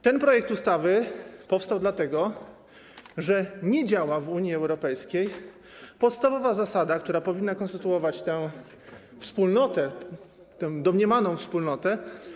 Ten projekt ustawy powstał dlatego, że nie działa w Unii Europejskiej podstawowa zasada, która powinna konstytuować tę wspólnotę, tę domniemaną wspólnotę.